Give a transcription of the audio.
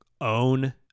own